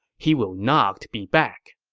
he will not be back.